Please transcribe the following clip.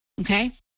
Okay